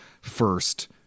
first